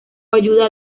ayuda